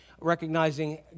recognizing